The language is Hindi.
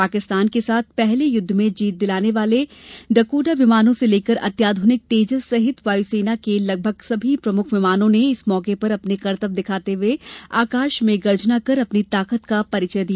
पाकिस्तान के साथ पहले युद्ध में जीत दिलाने वाले डकोटा विमानों से लेकर अत्याधुनिक तेजस सहित वायु सेना के लगभग सभी प्रमुख विमानों ने इस मौके पर अपने करतब दिखाते हुए आकाश में गर्जना कर अपनी ताकत का परिचय दिया